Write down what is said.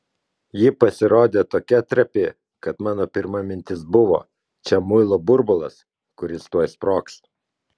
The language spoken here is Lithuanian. ji pasirodė tokia trapi kad mano pirma mintis buvo čia muilo burbulas kuris tuoj sprogs